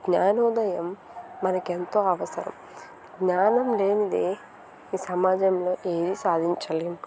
జ్ఞానోదయం మనకెంతో అవసరం జ్ఞానం లేనిదే ఈ సమాజంలో ఏమి సాధించలేం